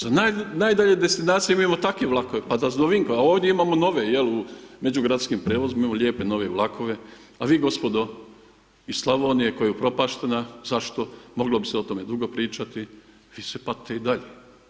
Za najdalje destinacije mi imamo takve vlakove, pa da su do Vinkovaca, a ovdje imamo nove jel međugradskim prijevozima imamo lijepe nove vlakove, a vi gospodo iz Slavonije koja je upropaštena, zašto, moglo bi se o tome dugo pričati, vi se patite i dalje.